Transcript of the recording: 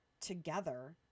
together